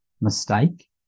mistake